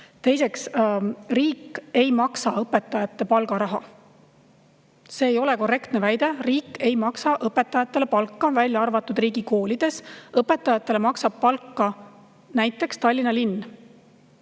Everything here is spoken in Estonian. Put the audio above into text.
riik ei maksa õpetajate palgaraha – see ei ole korrektne väide. Riik ei maksa õpetajatele palka, välja arvatud riigikoolides. Õpetajatele maksab palka näiteks Tallinna linn.